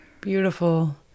Beautiful